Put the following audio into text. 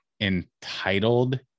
entitled